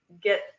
get